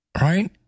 right